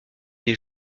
des